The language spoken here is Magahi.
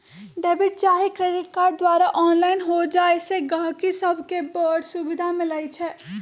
डेबिट चाहे क्रेडिट कार्ड द्वारा ऑनलाइन हो जाय से गहकि सभके बड़ सुभिधा मिलइ छै